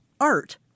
art